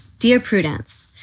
dear prudence,